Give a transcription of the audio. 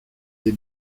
des